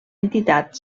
entitat